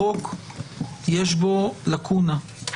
בחוק יש לקונה.